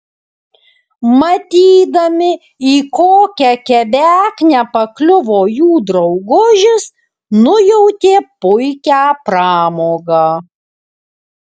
matydami į kokią kebeknę pakliuvo jų draugužis nujautė puikią pramogą